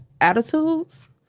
attitudes